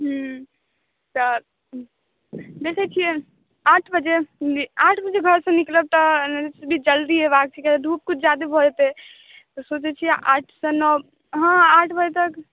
हॅं तऽ देखै छियै आठ बजे घर सॅं निकलब तऽ जल्दी अयबाक छै धुप किछु जादा भऽ जेतै तऽ सोचै छियै आठ सॅं नओ हॅं आठ बजे तक